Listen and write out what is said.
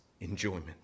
Enjoyment